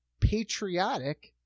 patriotic